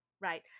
Right